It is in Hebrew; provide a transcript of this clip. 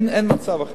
אין מצב אחר.